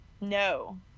No